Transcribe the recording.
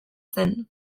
zen